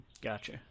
Gotcha